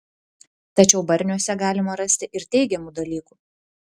tačiau barniuose galima rasti ir teigiamų dalykų